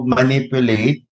manipulate